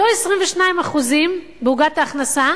אותם 22% בעוגת ההכנסה